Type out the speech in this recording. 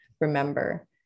remember